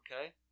Okay